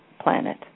planet